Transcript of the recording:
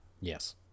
Yes